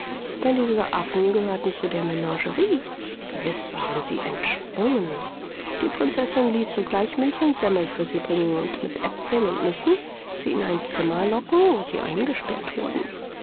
denn diese affen gehörten zu der menagerie gewiß waren sie entsprungen die prinzessin ließ sogleich milch und semmel für sie bringen und mit aepfeln und nüssen sie in ein zimmer locken wo sie eingesperrt wurden